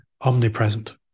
omnipresent